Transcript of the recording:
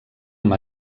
amb